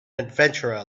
adventurer